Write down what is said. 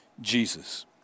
Jesus